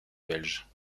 belges